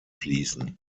fließen